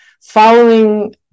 following